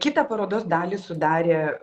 kitą parodos dalį sudarė